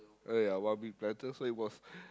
oh ya one big platter so it was